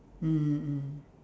mm mm mm